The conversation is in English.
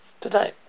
today